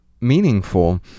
meaningful